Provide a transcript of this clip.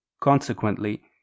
consequently